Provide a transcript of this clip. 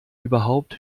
überhaupt